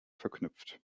verknüpft